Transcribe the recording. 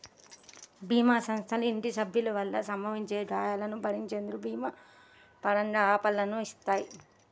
భీమా సంస్థలు ఇంటి సభ్యుల వల్ల సంభవించే గాయాలను భరించేందుకు భీమా పరంగా ఆఫర్లని ఇత్తాయి